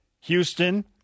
Houston